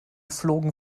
flogen